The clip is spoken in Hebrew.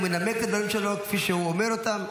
הוא מנמק את הדברים שלו כפי שהוא אומר אותם,